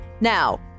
Now